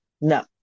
No